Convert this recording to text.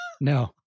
no